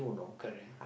correct